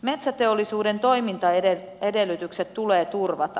metsäteollisuuden toimintaedellytykset tulee turvata